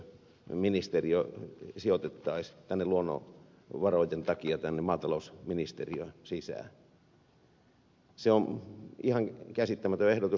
ministeriö tekisi otettais pitäisi harkita että ympäristöministeriö sijoitettaisiin luonnonvarojen takia maatalousministeriön sisään on ihan käsittämätön ehdotus